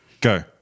Go